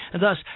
Thus